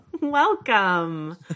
Welcome